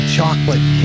Chocolate